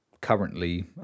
currently